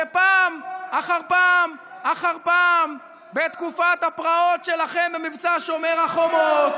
ופעם אחר פעם אחר פעם בתקופת הפרעות שלכם במבצע שומר החומות,